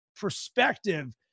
perspective